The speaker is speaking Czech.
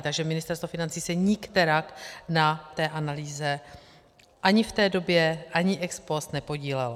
Takže Ministerstvo financí se nikterak na té analýze ani v té době, ani ex post nepodílelo.